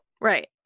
Right